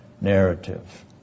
narrative